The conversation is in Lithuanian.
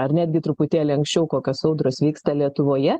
ar netgi truputėlį anksčiau kokios audros vyksta lietuvoje